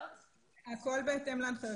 הכול בהתאם להנחיות.